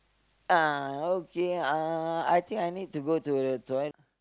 uh okay uh I think I need to go to the toi~